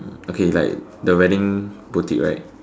okay like the wedding boutique right